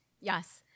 Yes